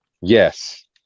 Yes